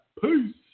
Peace